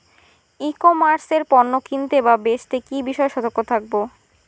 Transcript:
ই commerce এ পণ্য কিনতে বা বেচতে কি বিষয়ে সতর্ক থাকব?